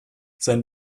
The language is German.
sein